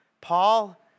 Paul